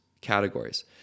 categories